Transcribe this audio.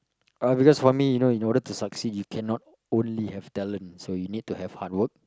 uh because for me you know in order to succeed you cannot only have talent so you need to have hard work